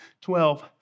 twelve